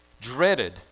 dreaded